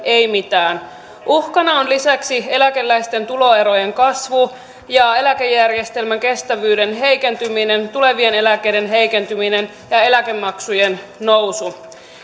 ei mitään uhkana on lisäksi eläkeläisten tuloerojen kasvu ja eläkejärjestelmän kestävyyden heikentyminen tulevien eläkkeiden heikentyminen ja eläkemaksujen nousu